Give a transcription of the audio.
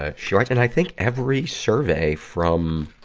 ah she writes and i think every survey from,